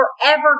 forever